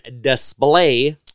display